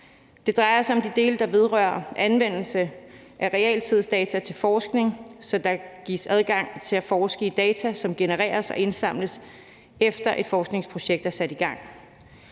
Det drejer sig om de dele, der vedrører anvendelse af realtidsdata til forskning, så der gives adgang til at forske i data, som genereres og indsamles, efter at et forskningsprojekt er sat i gang;